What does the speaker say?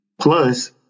Plus